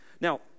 Now